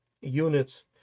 units